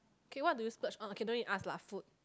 okay what do you splurge on okay no need to ask lah food